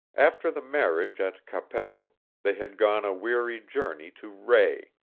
after the marriage at qu'apelle they had gone a weary journey to rae,